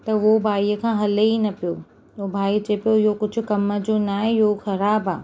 त उहो भाईअ खां हले ई न पियो भाई चए पियो की हीउ कुझु कम जो न आहे इहो ख़राबु आहे